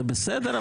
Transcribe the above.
זה בסדר,